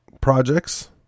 projects